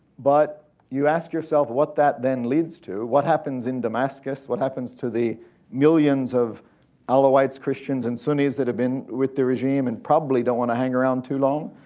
but you ask yourself what that then leads to. what happens in damascus? what happens to the millions of alawites, christians, and sunnis that have been with the regime, and probably dont want to hang around too long?